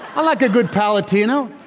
i like a good palatino,